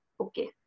okay